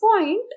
point